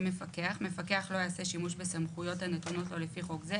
מפקח 2כט. מפקח לא יעשה שימוש בסמכויות הנתונות לו לפי חוק זה,